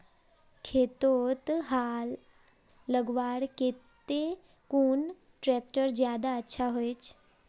खेतोत हाल लगवार केते कुन ट्रैक्टर ज्यादा अच्छा होचए?